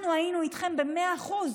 אנחנו היינו איתכם במאה אחוז,